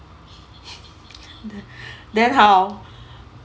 then how